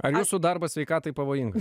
ar jūsų darbas sveikatai pavojingas